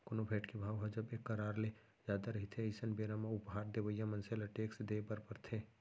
कोनो भेंट के भाव ह जब एक करार ले जादा रहिथे अइसन बेरा म उपहार देवइया मनसे ल टेक्स देय बर परथे